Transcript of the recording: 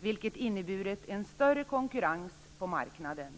vilket inneburit en större konkurrens på marknaden.